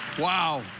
Wow